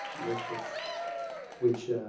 most of which